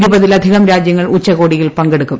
ഇരുപതിലധികം രാജ്യങ്ങൾ ഉച്ചകോടിയിൽ പങ്കെടുക്കും